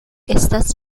estas